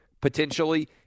potentially